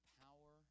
power